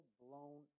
blown